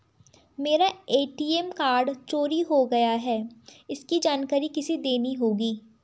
मेरा ATM card चोरी हो गया है इसकी जानकारी किसे देनी होगी?